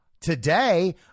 Today